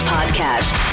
Podcast